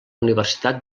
universitat